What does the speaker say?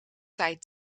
tijd